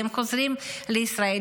והם חוזרים לישראל,